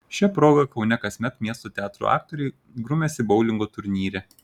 šia proga kaune kasmet miesto teatrų aktoriai grumiasi boulingo turnyre